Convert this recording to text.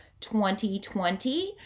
2020